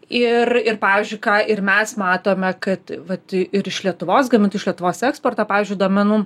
ir ir pavyzdžiui ką ir mes matome kad vat ir iš lietuvos gamintų iš lietuvos eksporto pavyzdžiui duomenų